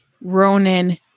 Ronan